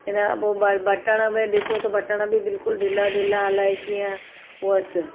हिन जा पोइ ब बटण बि ॾिसूं त बटण बि बिल्कुलु ढिला ढिला अलाइ कीअं हुअसि